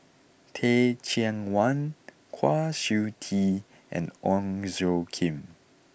Teh Cheang Wan Kwa Siew Tee and Ong Tjoe Kim